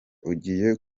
ugiye